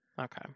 Okay